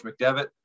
McDevitt